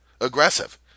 Aggressive